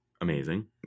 amazing